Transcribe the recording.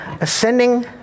ascending